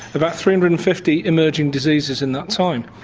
about three hundred and fifty emerging diseases in that time.